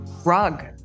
Rug